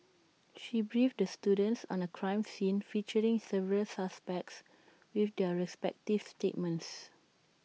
she briefed the students on A crime scene featuring several suspects with their respective statements